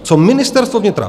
Co Ministerstvo vnitra?